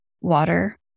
water